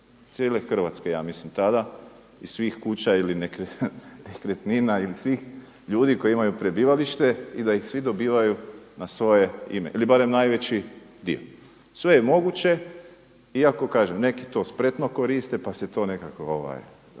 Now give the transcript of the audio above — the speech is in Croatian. cijele Hrvatske ja mislim tada i svih kuća ili nekretnina ili svih ljudi koji imaju prebivalište i da ih svi dobivaju na svoje ime ili barem najveći dio. Sve je moguće, iako kažem neki to spretno koriste pa se to nekako